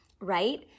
right